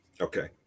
Okay